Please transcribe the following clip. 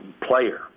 player